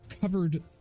covered